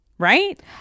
right